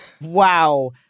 Wow